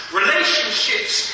relationships